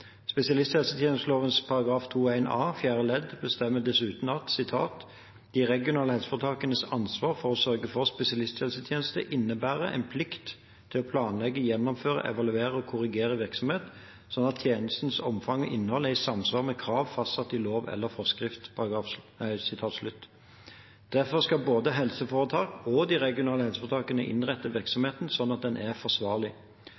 a fjerde ledd bestemmer dessuten at «de regionale helseforetakenes ansvar» for å sørge for spesialisthelsetjeneste «innebærer en plikt til å planlegge, gjennomføre, evaluere og korrigere virksomheten slik at tjenestenes omfang og innhold er i samsvar med krav fastsatt i lov eller forskrift». Derfor skal både helseforetaket og de regionale helseforetakene innrette